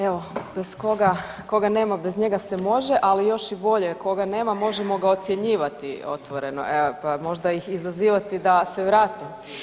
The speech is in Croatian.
Evo koga nema bez njega se može, ali još i bolje, koga nema možemo ga ocjenjivati otvoreno pa možda ih izazivati da se vrati.